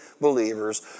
believers